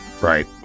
Right